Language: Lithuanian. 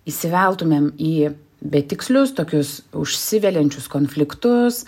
įsiveltumėm į betikslius tokius užsiveliančius konfliktus